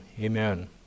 amen